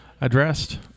addressed